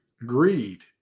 Greed